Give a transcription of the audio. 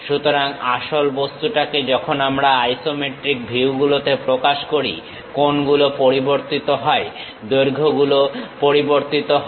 সুতরাং আসল বস্তুটাকে যখন আমরা আইসোমেট্রিক ভিউগুলোতে প্রকাশ করি কোণ গুলো পরিবর্তিত হয় দৈর্ঘ্য গুলো পরিবর্তিত হয়